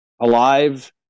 alive